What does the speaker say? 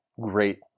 great